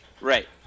Right